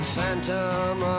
Phantom